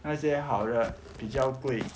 那些好的比较贵